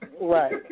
Right